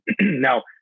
Now